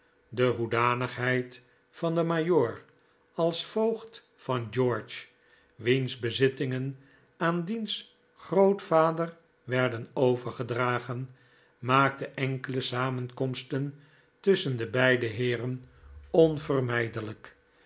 de hoedanigheid van den majoor als voogd van george wiens bezittingen aan diens grootvader werden overgedragen maakte enkele samenkomsten tusschen de beide heeren onvermijdelijk